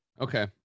Okay